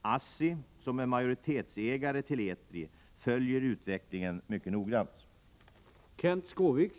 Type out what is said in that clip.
ASSI, som är majoritetsägare till Etri, följer utvecklingen mycket noggrant.